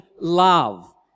love